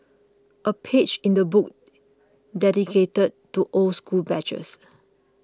a page in the book dedicated to old school badges